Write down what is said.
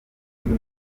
congo